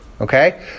Okay